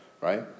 right